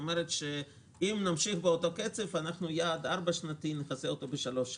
כלומר אם נמשיך באותו קצב נכסה יעד של ארבע שנים בשלוש שנים.